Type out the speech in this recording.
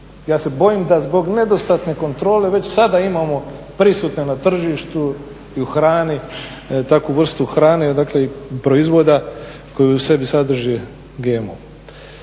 ja se bojim da zbog nedostatne kontrole već sada imamo prisutne na tržištu i u hrani takvu vrstu hrane, proizvoda koji u sebi sadrži GMO.